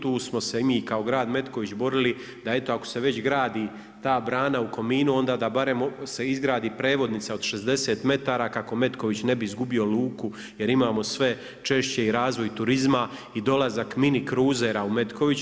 Tu smo se i mi kao grad Metković borili, da eto ako se već gradi ta brana u Kominu, onda da barem se izgradi prevodnica od 60 m kako Metković ne bi izgubio luku jer imamo sve češće i razvoj turizma i dolazak mini kruzera u Metković.